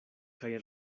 kaj